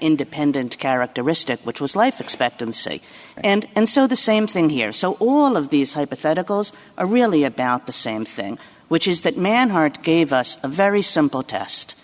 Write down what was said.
independent characteristic which was life expectancy and and so the same thing here so all of these hypotheticals are really about the same thing which is that man hart gave us a very simple test